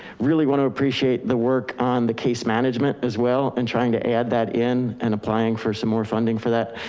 really want to appreciate the work on the case management as well. and trying to add that in and applying for some more funding for that,